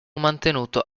mantenuto